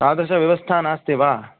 तादृशव्यवस्था नास्ति वा